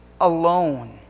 alone